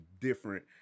different